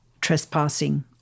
trespassing